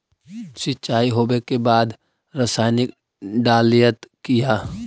सीचाई हो बे के बाद रसायनिक डालयत किया?